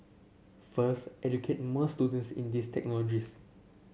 first educate more students in these technologies